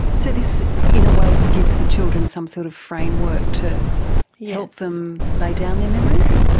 so this in a way gives the children some sort of framework to help them lay down their memories?